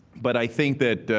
but i think that